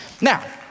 Now